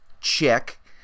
check